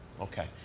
Okay